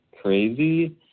crazy